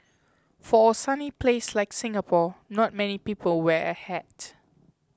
for a sunny place like Singapore not many people wear a hat